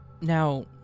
Now